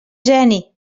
geni